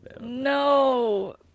no